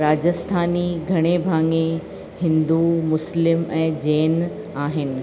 राजस्थानी घणे भाङे हिंदू मुस्लिम ऐं जैन आहिनि